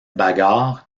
bagarre